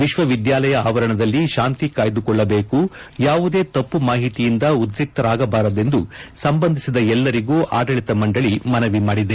ವಿಶ್ವ ವಿದ್ಯಾಲಯ ಆವರಣದಲ್ಲಿ ಶಾಂತಿ ಕಾಯ್ದುಕೊಳ್ಳಬೇಕು ಯಾವುದೇ ತಪ್ಪು ಮಾಹಿತಿಯಿಂದ ಉದ್ರಿಕ್ತರಾಗಬಾರದೆಂದು ಸಂಬಂಧಿಸಿದ ಎಲ್ಲರಿಗೂ ಆಡಳಿತ ಮಂಡಳಿ ಮನವಿ ಮಾಡಿದೆ